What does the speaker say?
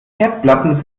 herdplatten